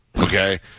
Okay